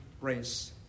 race